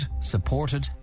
supported